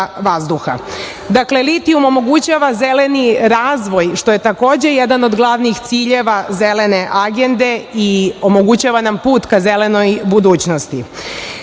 vazduha. Dakle, litijum omogućava zeleni razvoj, što je takođe jedan od glavnih ciljeva zelene agende, i omogućava nam put ka zelenoj budućnosti. Dakle,